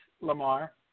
Lamar